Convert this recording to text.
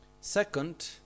Second